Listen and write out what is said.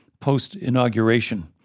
post-inauguration